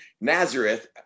Nazareth